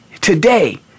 today